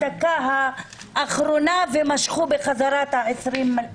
בדקה האחרונה ומשכו בחזרה את ה-20 מיליון שקלים.